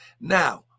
Now